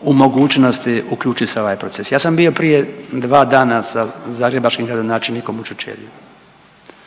u mogućnosti uključiti se u ovaj proces. Ja sam bio prije dva dana sa zagrebačkim gradonačelnikom u Čučerju